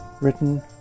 written